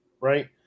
right